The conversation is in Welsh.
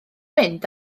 mynd